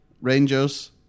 Rangers